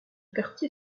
quartier